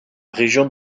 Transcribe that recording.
région